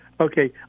Okay